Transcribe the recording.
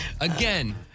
Again